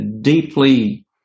deeply